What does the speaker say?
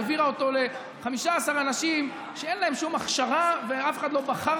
והעבירה אותו ל-15 אנשים שאין להם שום הכשרה ואף אחד לא בחר